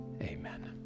Amen